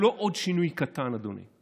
הוא לא עוד שינוי קטן, אדוני.